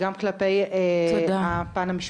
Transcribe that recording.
גם כלפי הפן המשפטי.